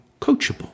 coachable